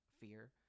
fear